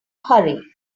hurry